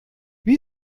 wie